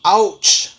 !ouch!